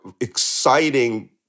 exciting